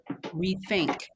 rethink